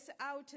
out